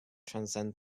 transcend